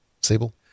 sable